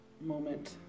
moment